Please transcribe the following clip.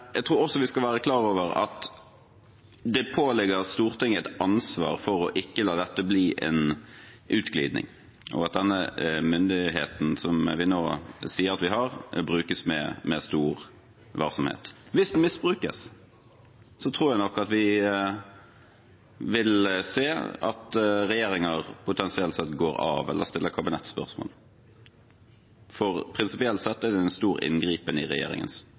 også vi skal være klar over at det påligger Stortinget et ansvar for ikke å la dette bli en utglidning, og at denne myndigheten, som vi nå sier at vi har, brukes med stor varsomhet. Hvis den misbrukes, tror jeg nok at vi vil se at regjeringer potensielt sett går av eller stiller kabinettsspørsmål, for prinsipielt sett er det en stor inngripen i regjeringens